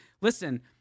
listen